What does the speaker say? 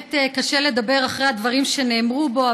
באמת קשה לדבר אחרי הדברים שנאמרו פה,